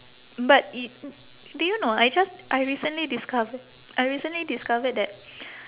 but i~ did you know I just I recently discover I recently discovered that